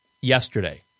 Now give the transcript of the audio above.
yesterday